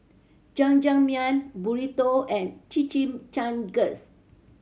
Jajangmyeon Burrito and Chimichangas